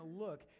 look